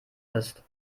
ist